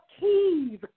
keys